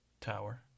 tower